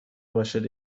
باشد